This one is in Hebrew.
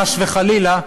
חס וחלילה,